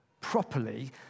properly